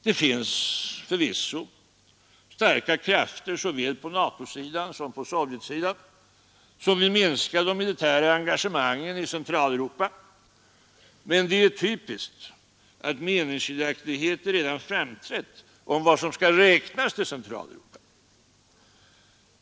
Det finns förvisso starka krafter, såväl på Nato-sidan som på Sovjetsidan, som vill minska de militära engagemangen i Centraleuropa. Men det är typiskt att meningsskiljaktigheter redan framträtt om vad som skall räknas till Centraleuropa.